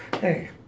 Hey